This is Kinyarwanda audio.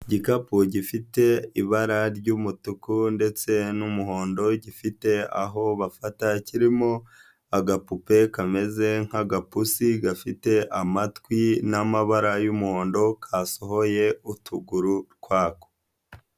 Igikapu gifite ibara ry'umutuku ndetse n'umuhondo gifite aho bafata kirimo agapupe kameze nk'agapusi gafite amatwi n'amabara y'umuhondo kasohoye utuguru twako.